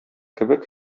кебек